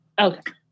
Okay